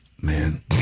Man